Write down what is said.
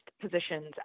positions